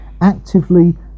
actively